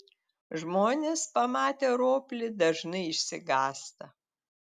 žmonės pamatę roplį dažnai išsigąsta